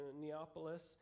Neapolis